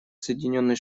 соединенные